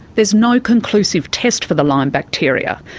there's no conclusive test for the lyme bacteria.